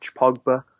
Pogba